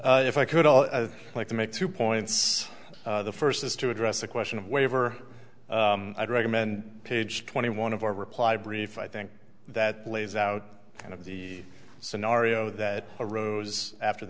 if i could all like to make two points the first is to address the question of waiver i'd recommend page twenty one of our reply brief i think that plays out kind of the scenario that arose after the